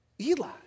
Eli